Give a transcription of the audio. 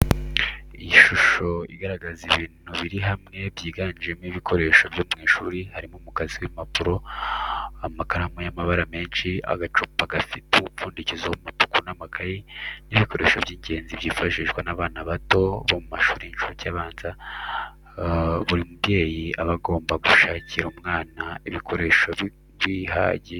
Ishusho igaragaza ibintu biri hamwe byiganjemo ibikoreso byo mu ishuri harimo umukasi w'impapuro, amakaramu y'amabara menshi, agacupa gafite umupfundikizo w'umutuku n' amakayi, ni ibikoresho by'ingenzi byifashishwa n'abana bato bo mu mashuri y'incuke n'abanza, buri mubyeyi aba agomba gushakira umwana ibikoresho bihagije.